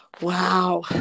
Wow